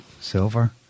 silver